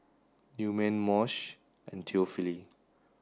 Newman Moshe and Theophile